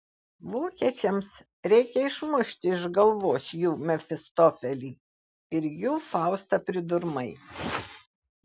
vokiečiams reikia išmušti iš galvos jų mefistofelį ir jų faustą pridurmai